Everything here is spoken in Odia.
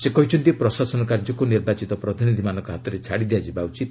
ସେ କହିଛନ୍ତି ପ୍ରଶାସନ କାର୍ଯ୍ୟକୁ ନିର୍ବାଚିତ ପ୍ରତିନିଧିମାନଙ୍କ ହାତରେ ଛାଡ଼ି ଦିଆଯିବା ଉଚିତ